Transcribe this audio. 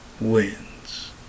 wins